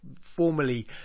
formally